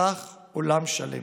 נפתח עולם שלם,